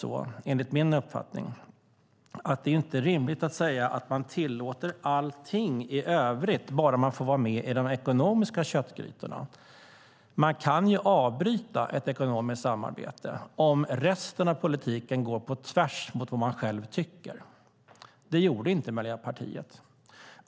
Dock är det enligt min uppfattning förstås inte rimligt att säga att man tillåter allt i övrigt bara man får vara med vid de ekonomiska köttgrytorna. Man kan ju avbryta ett ekonomiskt samarbete om resten av politiken går på tvärs mot vad man själv tycker. Men det gjorde inte Miljöpartiet.